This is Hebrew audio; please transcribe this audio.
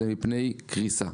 אלא מפני קריסה.